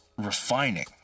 refining